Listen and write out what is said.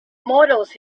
models